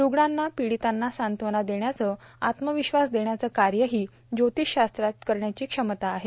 रुग्णांना पीडितांना सांत्वना देण्याचं आत्मविश्वास देण्याचं कार्यही ज्योतिषशास्त्राात करण्याची क्षमता आहे